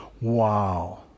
wow